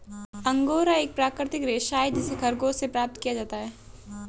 angora एक प्राकृतिक रेशा है जिसे खरगोश से प्राप्त किया जाता है